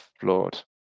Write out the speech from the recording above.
flawed